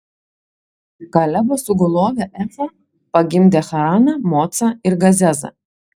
kalebo sugulovė efa pagimdė haraną mocą ir gazezą